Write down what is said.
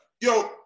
Yo